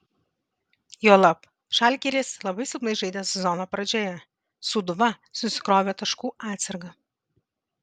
juolab žalgiris labai silpnai žaidė sezono pradžioje sūduva susikrovė taškų atsargą